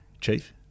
chief